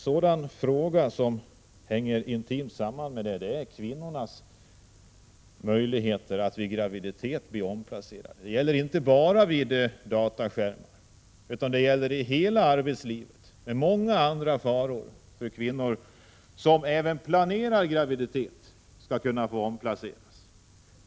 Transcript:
En fråga som hänger intimt samman med detta är kvinnornas möjligheter att bli omplacerade vid graviditet. Jag tänker inte bara på kvinnor som sitter vid dataskärmar, utan jag avser kvinnor i hela arbetslivet; där finns många andra faror för kvinnor som är gravida eller planerar en graviditet. Även de sistnämnda skall ha rätt att bli omplacerade.